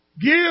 Give